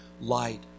light